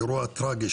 אירוע טרגי,